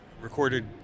recorded